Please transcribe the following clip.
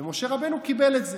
ומשה רבנו קיבל את זה.